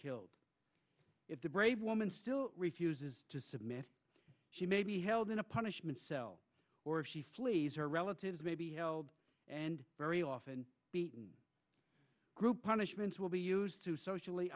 killed the brave woman still refuses to submit she may be held in a punishment cell or she flees or relatives may be held and very often the group punishments will be used to socially